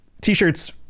t-shirts